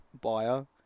buyer